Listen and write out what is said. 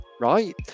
Right